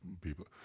people